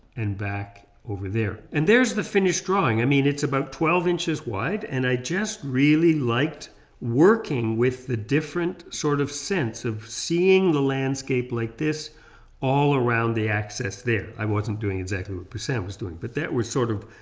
and back over there. and there's the finished drawing i mean it's about twelve inches wide and i just really liked working with the different sort of sense of seeing the landscape like this all around the access there. i wasn't doing exactly what poussin was doing, but that was sort of,